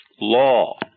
law